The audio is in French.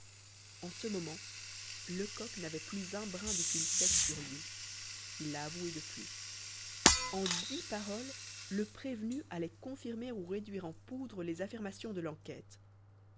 en ce moment lecoq n'avait plus un brin de fil sec sur lui il l'a avoué depuis en dix paroles le prévenu allait confirmer ou réduire en poudre les affirmations de l'enquête